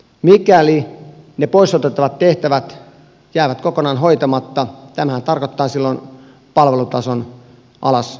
mikäli ne pois otettavat tehtävät jäävät kokonaan hoitamatta tämähän tarkoittaa silloin palvelutason alasajamista